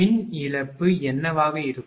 மின் இழப்பு என்னவாக இருக்கும்